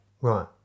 Right